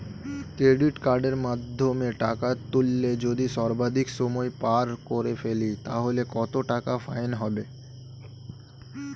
Credit কার্ডের মাধ্যমে টাকা তুললে যদি সর্বাধিক সময় পার করে ফেলি তাহলে কত টাকা ফাইন হবে?